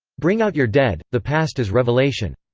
bring out your dead the past as revelation.